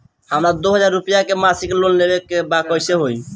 हमरा दो हज़ार रुपया के मासिक लोन लेवे के बा कइसे होई?